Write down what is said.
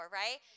right